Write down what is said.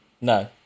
no